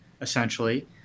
essentially